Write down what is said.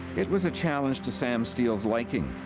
it was a challenge to sam steele's liking.